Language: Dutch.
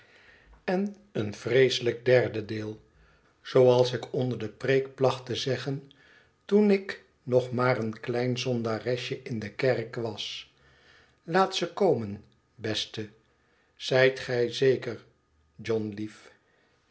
derde deel zooals ik onder de preek placht te zeggen toen pte maar een klein zondaresje in de kerk was luj laat ze komen beste izijt gij zeker john lief